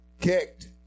kicked